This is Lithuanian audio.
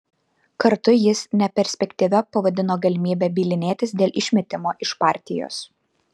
kartu jis neperspektyvia pavadino galimybę bylinėtis dėl išmetimo iš partijos